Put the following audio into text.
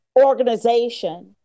organization